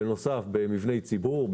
ובנוסף גם במבני ציבור,